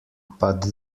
but